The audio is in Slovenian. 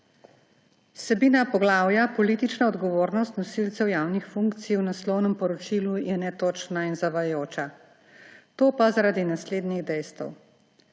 Vsebina poglavja politična odgovornost nosilcev javnih funkcij v naslovnem poročilu je netočna in zavajajoča. To pa zaradi naslednjih dejstev.